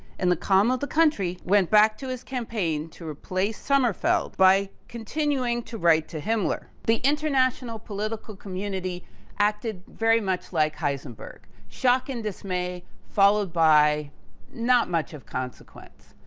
and the calm of the country, went back to his campaign to replace sommerfeld by continuing to write to himmler. the international political community acted very much like heisenberg, shock and dismay followed by not much of consequence.